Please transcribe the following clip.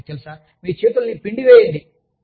మరియు మీకు తెలుసా మీ చేతులను పిండి వేయండి